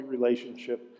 relationship